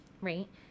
right